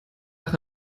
nach